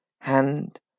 hand